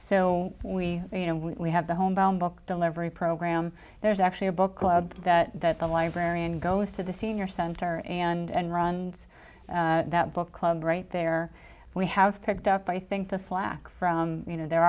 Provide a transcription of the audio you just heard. so we you know we have the home phone book delivery program there's actually a book club that the librarian goes to the senior center and runs that book club right there we have picked up i think the slack from you know there